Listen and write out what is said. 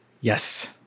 Yes